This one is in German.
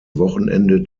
wochenende